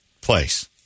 place